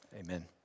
amen